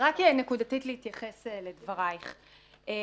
להתייחס נקודתית לדבריה של הגר בן עזרא.